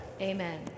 Amen